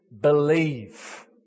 believe